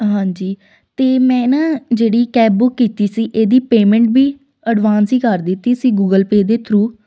ਹਾਂਜੀ ਅਤੇ ਮੈਂ ਨਾ ਜਿਹੜੀ ਕੈਬ ਬੁੱਕ ਕੀਤੀ ਸੀ ਇਹਦੀ ਪੇਮੈਂਟ ਵੀ ਅਡਵਾਂਸ ਹੀ ਕਰ ਦਿੱਤੀ ਸੀ ਗੂਗਲ ਪੇ ਦੇ ਥਰੂਅ